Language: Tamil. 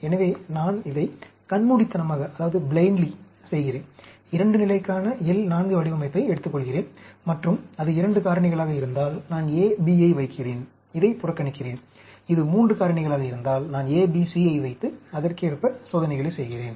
எனவே நான் இதை கண்மூடித்தனமாக செய்கிறேன் 2 நிலைக்கான L 4 வடிவமைப்பை எடுத்துக்கொள்கிறேன் மற்றும் அது 2 காரணிகளாக இருந்தால் நான் A B ஐ வைக்கிறேன் இதைப் புறக்கணிக்கிறேன் இது 3 காரணிகளாக இருந்தால் நான் A B C ஐ வைத்து அதற்கேற்ப சோதனைகளை செய்கிறேன்